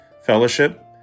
fellowship